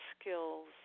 skills